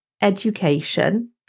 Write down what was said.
education